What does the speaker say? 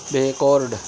backward